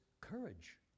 courage